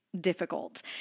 difficult